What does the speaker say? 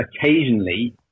occasionally